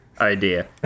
idea